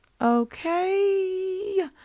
Okay